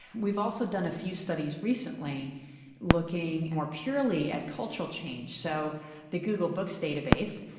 we've also done a few studies recently looking more purely at cultural change. so the google books database,